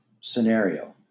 scenario